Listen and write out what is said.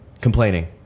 Complaining